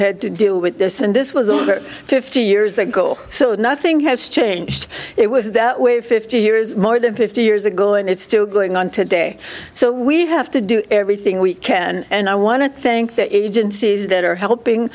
had to do with this and this was over fifty years ago so nothing has changed it was that way fifty years more than fifty years ago and it's still going on today so we have to do everything we can and i want to think that agencies that are helping